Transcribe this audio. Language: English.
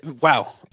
Wow